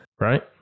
right